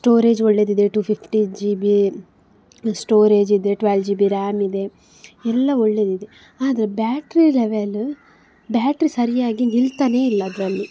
storage ಒಳ್ಳೆದಿದೆ two fifty G B storage ಇದೆ twelve G B RAM ಇದೆ ಎಲ್ಲ ಒಳ್ಳೆದಿದೆ ಆದರೆ ಬ್ಯಾಟ್ರಿ ಲೆವೆಲ್ಲು ಬ್ಯಾಟ್ರಿ ಸರಿಯಾಗಿ ನಿಲ್ತಲೇ ಇಲ್ಲ ಅದರಲ್ಲಿ